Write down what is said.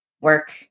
work